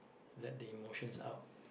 let the emotions out